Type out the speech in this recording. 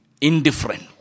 indifferent